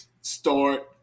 start